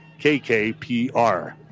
KKPR